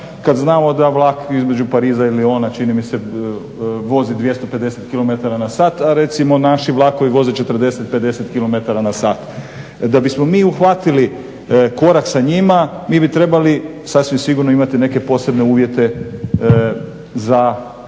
kada vlak između Pariza i Liona čini mi se vozi 250km/h a recimo naši vlakovi voze 40, 50km/h? da bismo mi uhvatili korak sa njima mi bi trebali sasvim sigurno imati neke posebne uvjete za